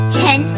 ten